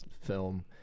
film